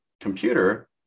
computer